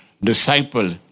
disciple